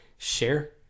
Share